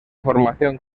formación